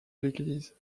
l’église